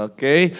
Okay